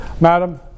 Madam